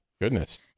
Goodness